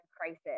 crisis